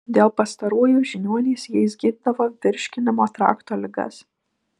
dėl pastarųjų žiniuonys jais gydydavo virškinimo trakto ligas